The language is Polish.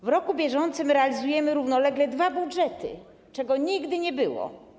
W roku bieżącym realizujemy równolegle dwa budżety, czego nigdy nie było.